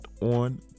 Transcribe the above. on